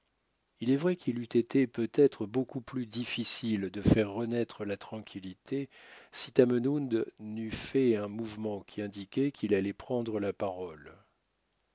il est vrai qu'il eût été peut-être beaucoup plus difficile de faire renaître la tranquillité si tamenund n'eût fait un mouvement qui indiquait qu'il allait prendre la parole